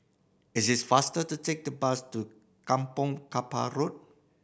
is it faster to take the bus to Kampong Kapor Road